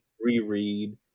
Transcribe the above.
reread